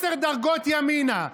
עשר דרגות ימינה.